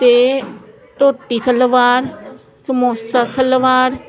ਅਤੇ ਧੋਤੀ ਸਲਵਾਰ ਸਮੋਸਾ ਸਲਵਾਰ